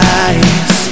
eyes